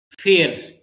fear